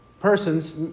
persons